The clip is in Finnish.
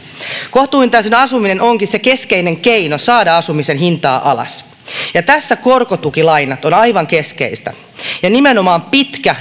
kohtuuhintainen asuminen onkin se keskeinen keino saada asumisen hintaa alas tässä korkotukilainat ovat aivan keskeisiä ja nimenomaan pitkä